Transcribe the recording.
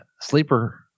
sleeper